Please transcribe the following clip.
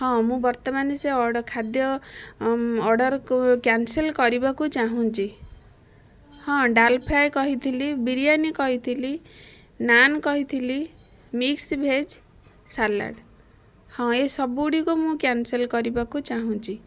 ହଁ ମୁଁ ବର୍ତ୍ତମାନ ସେ ଖାଦ୍ୟ ଅର୍ଡ଼ର କ୍ୟାନ୍ସଲ କରିବାକୁ ଚାହୁଁଛି ହଁ ଡାଲଫ୍ରୀଏ କହିଥିଲି ବିରିୟାନୀ କହିଥିଲି ନାନ୍ କହିଥିଲି ମିକ୍ସଭେଜ ସାଲାଡ଼ ହଁ ଏସବୁ ଗୁଡ଼ିକ ମୁଁ କ୍ୟାନ୍ସଲ କରିବାକୁ ଚାହୁଁଛି